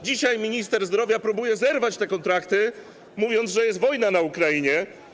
Dzisiaj minister zdrowia próbuje zerwać te kontrakty, mówiąc, że jest wojna na Ukrainie.